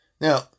Now